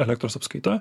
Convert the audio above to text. elektros apskaita